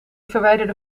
verwijderde